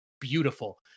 beautiful